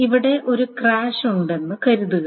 ഇവിടെ ഒരു ക്രാഷുണ്ടെന്ന് കരുതുക